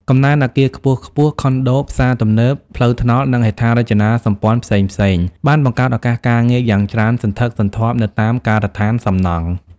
កំណើនអគារខ្ពស់ៗ ខុនដូ ផ្សារទំនើប ផ្លូវថ្នល់ និងហេដ្ឋារចនាសម្ព័ន្ធផ្សេងៗ បានបង្កើតឱកាសការងារយ៉ាងច្រើនសន្ធឹកសន្ធាប់នៅតាមការដ្ឋានសំណង់។